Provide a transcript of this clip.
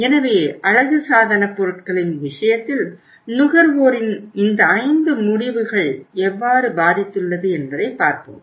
எனவே அழகுசாதனப் பொருட்களின் விஷயத்தில் நுகர்வோரின் இந்த 5 முடிவுகள் எவ்வாறு பாதித்துள்ளது என்பதை பார்ப்போம்